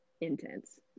intense